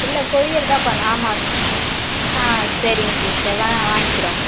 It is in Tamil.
இல்லை கொரியர் தான் பண்ணணும் ஆமாம் ஆ சரிங்க சிஸ்டர் வா வாங்கிறோம்